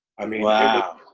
i mean wow!